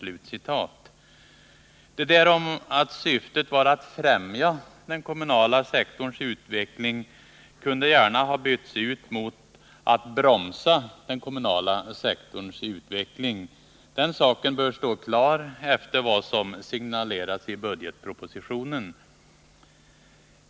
Det där om att syftet var att ”främja” den kommunala sektorns utveckling kunde gärna ha bytts ut mot att ”bromsa” den kommunala sektorns utveckling. Den saken bör stå klar efter vad som signalerats i budgetpropositionen.